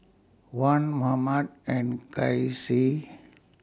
Wan Muhammad and Kasih